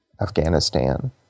Afghanistan